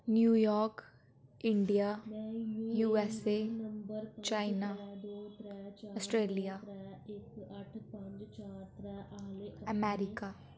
new York India U S A China Australia America